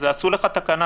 המצב תקוע,